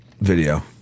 video